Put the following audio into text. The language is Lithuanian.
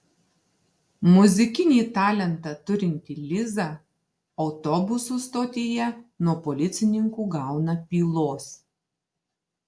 muzikinį talentą turinti liza autobusų stotyje nuo policininkų gauna pylos